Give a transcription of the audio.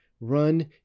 run